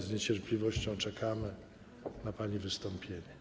Z niecierpliwością czekamy na pani wystąpienie.